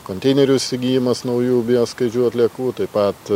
konteinerių įsigijimas naujų bioskaidžių atliekų taip pat